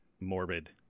morbid